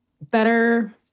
better